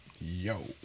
Yo